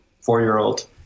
four-year-old